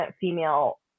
female